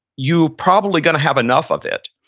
you probably got to have enough of that.